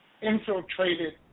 infiltrated